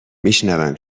میشونم